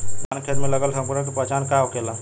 धान के खेत मे लगल संक्रमण के पहचान का होखेला?